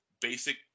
basic